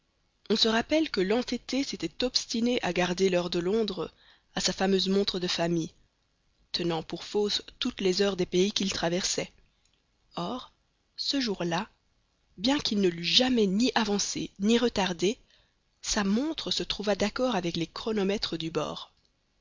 on se rappelle que l'entêté s'était obstiné à garder l'heure de londres à sa fameuse montre de famille tenant pour fausses toutes les heures des pays qu'il traversait or ce jour-là bien qu'il ne l'eût jamais ni avancée ni retardée sa montre se trouva d'accord avec les chronomètres du bord